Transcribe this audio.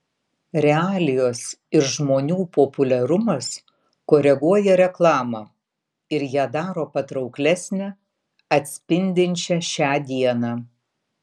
realijos ir žmonių populiarumas koreguoja reklamą ir ją daro patrauklesnę atspindinčią šią dieną